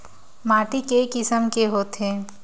माटी के किसम के होथे?